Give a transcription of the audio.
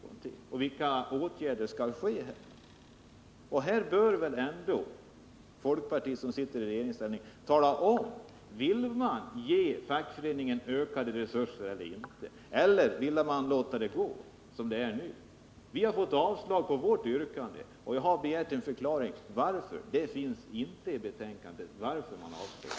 Och vilka åtgärder skall vidtas? Här bör väl ändå folkpartiet, som nu sitter i regeringsställning, tala om ifall man vill ge fackföreningarna ökade resurser eller inte. Eller vill man låta det fortsätta att vara som det är nu? Utskottet har avstyrkt vårt yrkande. Jag har begärt en förklaring till detta, eftersom det i betänkandet inte står varför man har avstyrkt det. Varför?